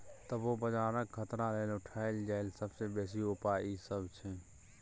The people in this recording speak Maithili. तबो बजारक खतरा लेल उठायल जाईल सबसे बेसी उपाय ई सब छै